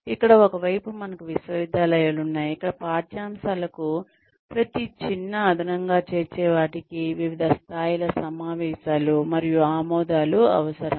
ఇక్కడ ఒక వైపు మనకు విశ్వవిద్యాలయాలు ఉన్నాయి ఇక్కడ పాఠ్యాంశాలకు ప్రతి చిన్న అదనంగా చేర్చేవాటికి వివిధ స్థాయిల సమావేశాలు మరియు ఆమోదాలు అవసరం